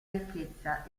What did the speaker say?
ricchezza